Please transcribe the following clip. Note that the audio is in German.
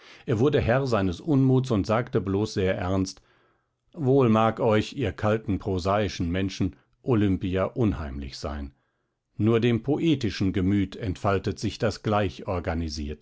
er wurde herr seines unmuts und sagte bloß sehr ernst wohl mag euch ihr kalten prosaischen menschen olimpia unheimlich sein nur dem poetischen gemüt entfaltet sich das gleich organisierte